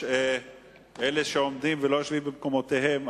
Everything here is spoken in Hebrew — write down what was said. אלה שעומדים ולא יושבים במקומותיהם,